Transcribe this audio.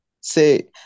say